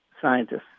scientists